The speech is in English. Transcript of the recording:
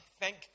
Thank